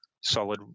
solid